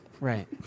Right